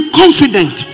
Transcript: confident